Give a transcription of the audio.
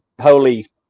holy